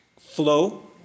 Flow